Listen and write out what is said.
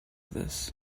this